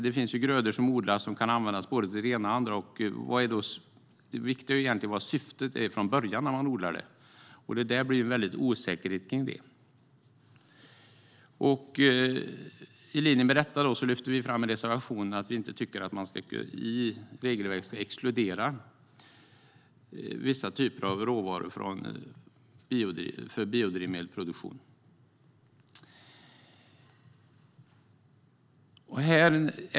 Det finns grödor som odlas och som kan användas både till det ena och till det andra. Det viktiga är egentligen vad syftet är från början när man odlar det. Det blir en stor osäkerhet kring det. I linje med detta lyfter vi i en reservation fram att vi inte tycker att man i regelverket ska exkludera vissa typer av råvaror för biodrivmedelsproduktion.